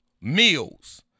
meals